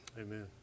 Amen